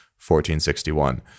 1461